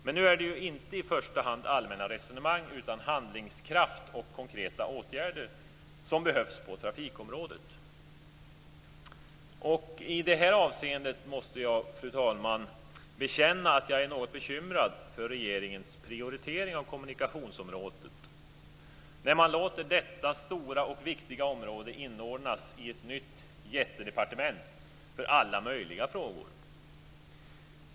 Men nu är det ju inte i första hand allmänna resonemang utan handlingskraft och konkreta åtgärder som behövs på trafikområdet. I det här avseendet måste jag, fru talman, bekänna att jag är något bekymrad för regeringens prioritering av kommunikationsområdet när man låter detta stora och viktiga område inordnas i ett nytt jättedepartement för alla möjliga frågor.